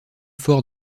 fort